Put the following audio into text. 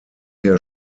her